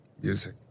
music